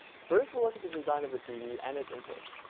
first we'll look at the design of the tv and it's inputs.